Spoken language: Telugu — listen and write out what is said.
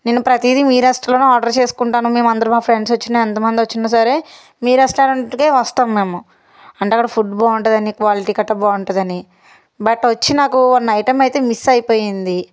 నేను ప్రతిదీ మీ రెస్టారెంట్లోనే ఆర్డర్ చేసుకుంటాను మేమందరం మా ఫ్రెండ్స్ వచ్చినా ఎంతమంది వచ్చినా సరే మీ రెస్టారెంట్కే వస్తాము మేము అంటే అక్కడ ఫుడ్ బాగుంటుందని అని క్వాలిటీ కట్ట బాగుంటుందని అని బట్ వచ్చి నాకు కొన్ని ఐటమ్ అయితే మిస్ అయిపోయింది